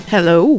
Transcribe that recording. Hello